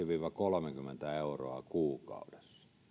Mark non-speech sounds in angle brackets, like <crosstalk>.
<unintelligible> viiva kolmekymmentä euroa kuukaudessa